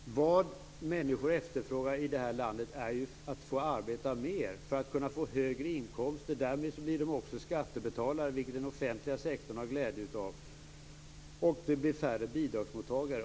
Fru talman! Vad människor i det här landet efterfrågar är en möjlighet att få arbeta mer för att kunna få högre inkomster. Därmed blir de också skattebetalare, vilket den offentliga sektorn har glädje av, och det blir färre bidragsmottagare.